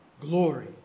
glory